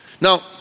Now